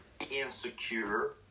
insecure